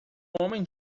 homem